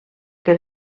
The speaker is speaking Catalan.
que